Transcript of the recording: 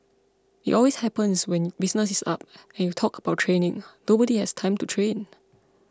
it always happens when business is up and you talk about training nobody has time to train